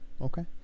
Okay